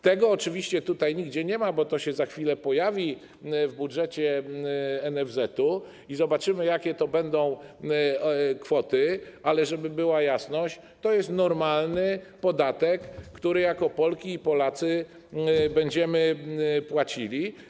Tego oczywiście tutaj nigdzie nie ma, to się za chwilę pojawi w budżecie NFZ-etu i wtedy zobaczymy, jakie to będą kwoty, ale, żeby była jasność, to jest normalny podatek, który jako Polki i Polacy będziemy płacili.